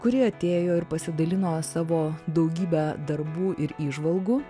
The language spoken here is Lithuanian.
kuri atėjo ir pasidalino savo daugybe darbų ir įžvalgų